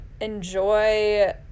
enjoy